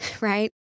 right